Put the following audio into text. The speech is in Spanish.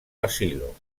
asilo